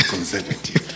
Conservative